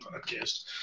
podcast